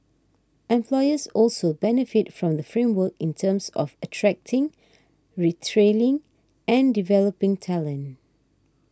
employers also benefit from the framework in terms of attracting retaining and developing talent